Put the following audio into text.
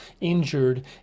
injured